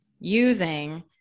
using